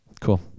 Cool